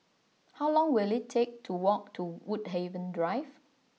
how long will it take to walk to Woodhaven Drive